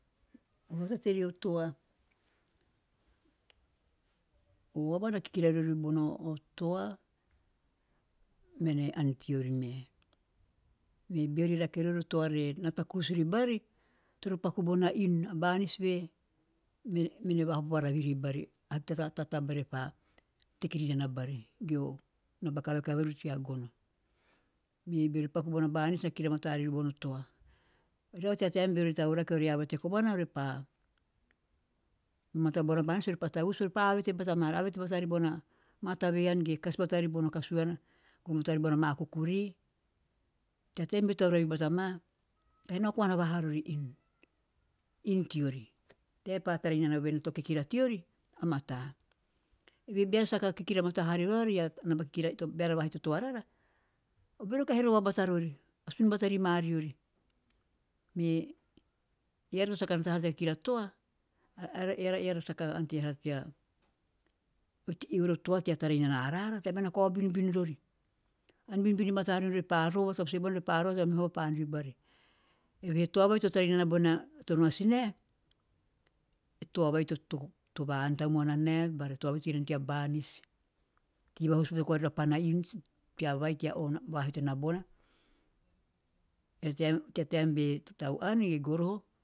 O vahutate rio toa. O aba na kikira rori bono o toa mene aan teori me. Me beori raake rori beo toa be nata kurus ri baari, toro paaku bona inu a banis vee. Mene mene vahopo vavavihi ri baari. Ahiki ta taba ree teki ri nana baari. Ge o naaba kavekaveru ea gono. Me beori paaku bona banis, na kikira vamataa rori bono toa. Ro tea taem beori raake ore avete komana orepaa mata bona banis orepa tavusu avete bata maari, avetee batari ona maa tav aan ge kasi bataari bona kauana, gono batai bona maa kukuri. Tea taem be tauravi bata maa, kahi nao komana vaha rori inu teori. Tae pa tara inana ven a too kikira teori a mataa. Evehe bean sa kikira vamataa haa ri raori a naaba kikira te ge eara a naaba to vahito toa rori, o bero kahi rova batari asun bata ri maa riori. Me eara to saka nata haari tea kikira toa eara saka ante haara tea kikira toa. Eara saka ante ha raara tea eori o toa tea tara inana araara tapae na kao binbin rori. Aan binbin bata rori, orepa rova tavusu vai bona orepa rova, to meha aba paa aan ri bari. Evehe e toa vai to tara inana nana bona too noasi nae. E toa vai to vaa aan tamuana nae bara e toa vai to tei nana tea banis. tei vakus bata koari rapana inu tea aba vai to vahito nana bona. Evehe tea taem be tan aan, goroho